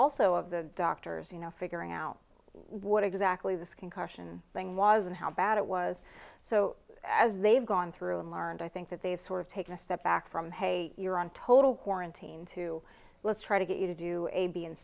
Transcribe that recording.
also of the doctors you know figuring out what exactly this concussion thing was and how bad it was so as they've gone through and learned i think that they sort of take a step back from hey you're on total quarantine to let's try to get you to do a b and